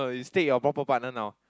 you state your proper partner now